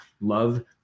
love